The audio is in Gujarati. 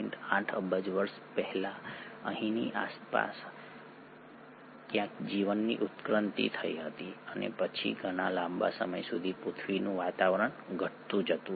૮ અબજ વર્ષ પહેલાં અહીંની આસપાસ ક્યાંક જીવનની ઉત્પત્તિ થઈ હતી અને પછી ઘણા લાંબા સમય સુધી પૃથ્વીનું વાતાવરણ ઘટતું જતું હતું